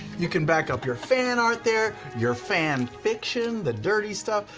you can back up your fanart there, your fanfiction, the dirty stuff,